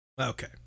Okay